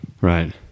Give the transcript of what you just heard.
Right